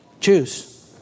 choose